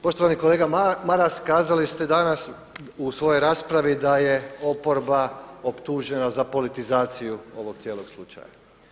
Poštovani kolega Maras, kazali ste danas u svojoj raspravi da je oporba optužena za politizaciju ovog cijelog slučaja.